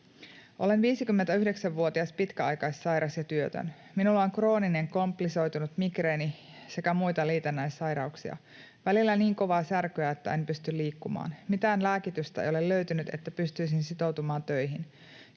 ”Olen 59-vuotias pitkäaikaissairas ja työtön. Minulla on krooninen komplisoitunut migreeni sekä muita liitännäissairauksia. Välillä niin kovaa särkyä, että en pysty liikkumaan. Mitään lääkitystä ei ole löytynyt, että pystyisin sitoutumaan töihin.